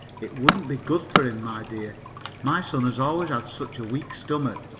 it wouldn't be good for him, my dear my son has always had such a weak stomach.